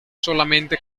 solamente